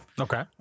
Okay